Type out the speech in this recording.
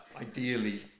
Ideally